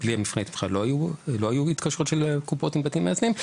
בלי מבחני התמיכה לא היו התקשרויות של קופות עם בתים מאזנים,